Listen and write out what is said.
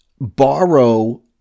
borrow